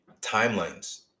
timelines